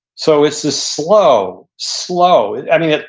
so it's a slow, slow, i mean,